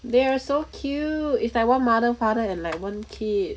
they are so cute it's like one mother father and like one kid